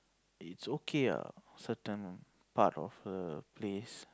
it's okay ah certain part of a place